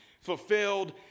fulfilled